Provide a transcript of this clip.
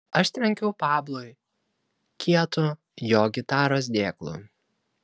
aš trenkiau pablui kietu jo gitaros dėklu